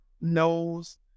knows